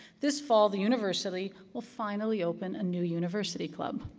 this fall, the university will finally open a new university club.